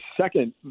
second